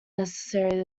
necessarily